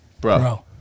Bro